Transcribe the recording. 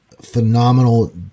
phenomenal